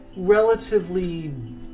relatively